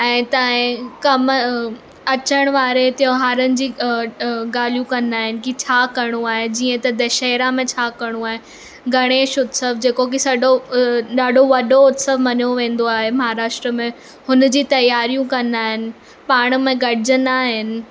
ऐं हितां जे कमु अचण वारे त्योहारनि जी ॻाल्हियूं कंदा आहिनि की छा करिणो आहे जीअं त दशहरा में छा करिणो आहे गणेश उत्सव जेको कि सॼो ॾाढो वॾो उत्सव मञियो वेंदो आहे महाराष्ट्र में हुन जी तयारियूं कंदा आहिनि पाण में गॾिजंदा आहिनि